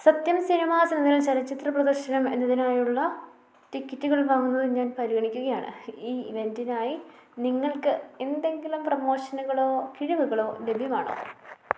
സത്യം സിനിമാസ് എന്നതിൽ ചലച്ചിത്ര പ്രദർശനം എന്നതിനായുള്ള ടിക്കറ്റുകൾ വാങ്ങുന്നത് ഞാൻ പരിഗണിക്കുകയാണ് ഈ ഇവൻ്റിനായി നിങ്ങൾക്കെന്തെങ്കിലും പ്രമോഷനുകളോ കിഴിവുകളോ ലഭ്യമാണോ